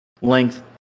length